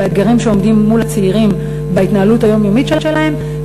באתגרים שעומדים מול הצעירים בהתנהלות היומיומית שלהם,